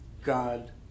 God